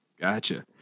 Gotcha